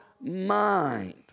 mind